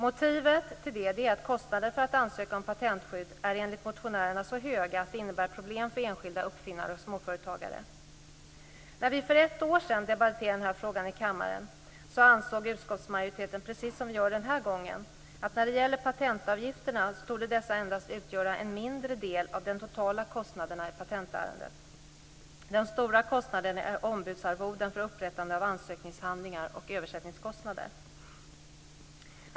Motivet är att kostnaderna för att ansöka om patentskydd enligt motionärerna är så höga att det innebär problem för enskilda uppfinnare och småföretagare. När vi för ett år sedan debatterade denna fråga här i kammaren ansåg utskottsmajoriteten, precis som vi gör denna gång, att patentavgifterna endast torde utgöra en mindre del av de totala kostnaderna i ett patentärende. De stora kostnaderna är ombudsarvoden för upprättande av ansökningshandlingar samt översättningskostnader.